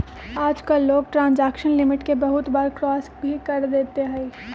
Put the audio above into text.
आजकल लोग transaction limit के बहुत बार क्रास भी कर देते हई